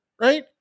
right